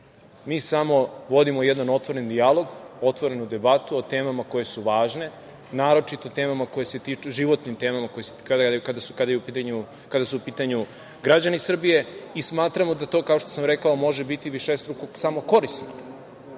mi samo vodimo jedan otvoren dijalog, otvorenu debatu o temama koje su važne, naročito o temama koje se tiču, životnim kada su u pitanju građani Srbije i smatramo da to, kao što sam rekao, može biti višestruka korist.